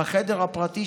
בחדר הפרטי,